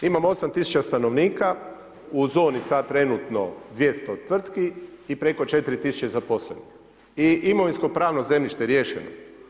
Imam 8000 stanovnika, u zoni sad trenutno 200 tvrtki i preko 4000 zaposlenih i imovinsko pravno zemljište riješeno.